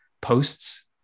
posts